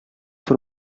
for